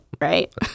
right